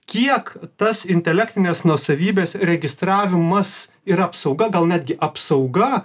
kiek tas intelektinės nuosavybės registravimas ir apsauga gal netgi apsauga